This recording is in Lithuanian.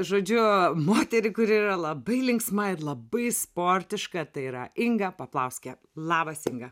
žodžiu moterį kuri yra labai linksma ir labai sportiška tai yra inga paplauskė labas inga